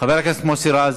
חבר הכנסת מוסי רז,